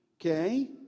okay